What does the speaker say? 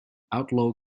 outlaw